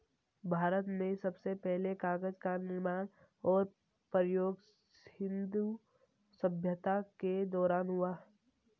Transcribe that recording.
भारत में सबसे पहले कागज़ का निर्माण और प्रयोग सिन्धु सभ्यता के दौरान हुआ